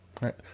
right